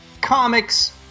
Comics